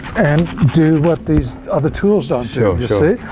and do what these other tool don't do, you see.